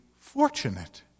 fortunate